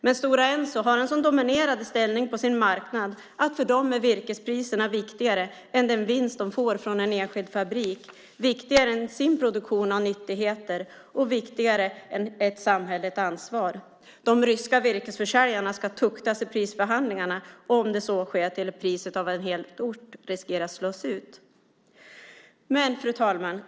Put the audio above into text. Men Stora Enso har en så dominerande ställning på sin marknad att för dem är virkespriserna viktigare än den vinst de får från en enskild fabrik, viktigare än produktionen av nyttigheter och viktigare än ett samhälleligt ansvar. De ryska virkesförsäljarna ska tuktas i prisförhandlingarna, om det så sker till priset av att en hel ort riskerar att slås ut. Fru talman!